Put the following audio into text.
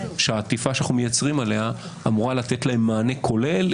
יתה שזה בית משפט שעוסק בסוגיות חברתיות וערכיות מאוד מאוד משמעותיות.